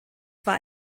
war